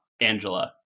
Angela